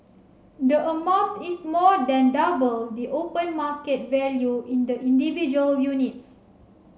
the amount is more than double the open market value in the individual units